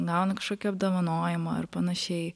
gauna kažkokį apdovanojimą ar panašiai